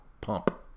pump